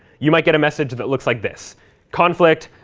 you might get a message that looks like this conflict,